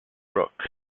brooks